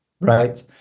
right